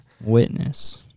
Witness